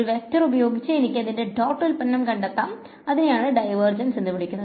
ഒരു വെക്ടർ ഉപയോഗിച്ചു എനിക്ക് അതിന്റെ ഡോട്ട് ഉത്പന്നം കണ്ടെത്താം അതിനെയാണ് ഡൈവേർജൻസ്എന്ന് വിളിക്കുന്നത്